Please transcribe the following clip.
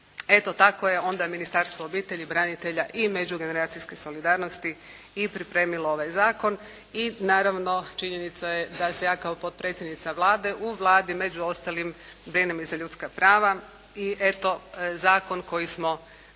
Eto tako je onda Ministarstvo obitelji, branitelja i međugeneracijske solidarnosti i premilo ovaj zakon i naravno činjenica je da se ja kao potpredsjednica Vlade u Vladi među ostalim brinem i za ljudska prava i eto zakon koji smo